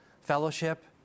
fellowship